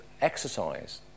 exercise